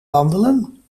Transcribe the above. wandelen